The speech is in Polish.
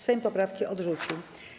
Sejm poprawki odrzucił.